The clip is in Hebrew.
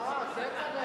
אה, כצל'ה.